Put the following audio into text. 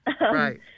Right